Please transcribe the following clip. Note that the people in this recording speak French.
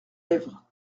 lèvres